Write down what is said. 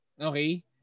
Okay